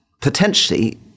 potentially